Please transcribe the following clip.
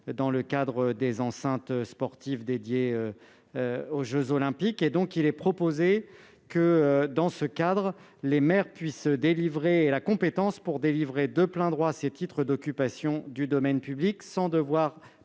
dans le cadre des enceintes sportives dédiées aux jeux. Il est donc proposé que, dans ce cadre, les maires aient la compétence pour délivrer de plein droit ces titres d'occupation du domaine public, sans devoir